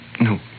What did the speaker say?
No